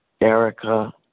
Erica